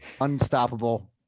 Unstoppable